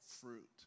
fruit